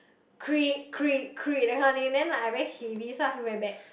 creak creak creak that kind of thing then like I very heavy so I feel very bad